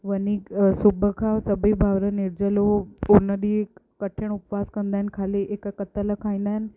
वञी सुबुह खां सभी भाउर निर्जलो पोइ हुन ॾींहुं हिकु कठिण उपवास कंदा आहिनि खाली हिकु पतल खाईंदा आहिनि